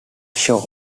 shore